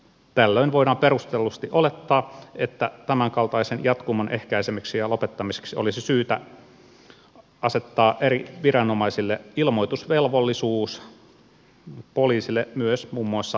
tällöin voidaan perustellusti olettaa että tämänkaltaisen jatkumon ehkäisemiseksi ja lopettamiseksi olisi syytä asettaa eri viranomaisille ilmoitusvelvollisuus poliisille myös muun muassa pahoinpitelytapauksissa